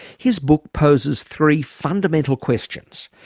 his book poses three fundamental questions,